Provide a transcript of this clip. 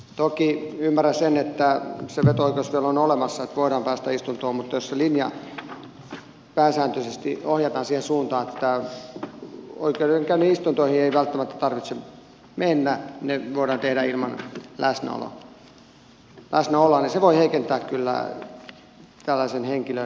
toki ymmärrän sen että se veto oikeus on vielä olemassa että voidaan päästä istuntoon mutta jos se linja pääsääntöisesti ohjataan siihen suuntaan että oikeudenkäynnin istuntoihin ei välttämättä tarvitse mennä ne voidaan tehdä ilman läsnäoloa niin se voi kyllä heikentää tällaisen henkilön oikeusturvaa